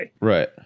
Right